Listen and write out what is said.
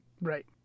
right